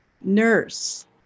nurse